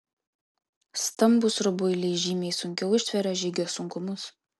stambūs rubuiliai žymiai sunkiau ištveria žygio sunkumus